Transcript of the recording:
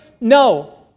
No